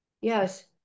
yes